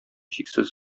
чиксез